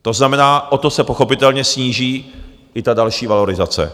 To znamená, o to se pochopitelně sníží i ta další valorizace.